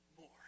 more